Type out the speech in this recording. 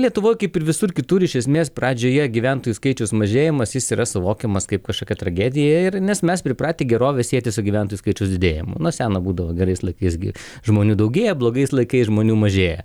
lietuvoj kaip ir visur kitur iš esmės pradžioje gyventojų skaičiaus mažėjimas jis yra suvokiamas kaip kažkokia tragedija ir nes mes pripratę gerovę sieti su gyventojų skaičiaus didėjimu nuo seno būdavo gerais laikais gi žmonių daugėja blogais laikais žmonių mažėja